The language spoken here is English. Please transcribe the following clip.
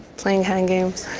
playing hand games.